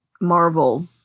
Marvel